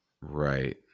Right